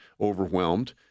overwhelmed